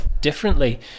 differently